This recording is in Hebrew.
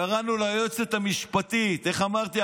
קראנו ליועצת המשפטית, איך אמרתי?